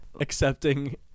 accepting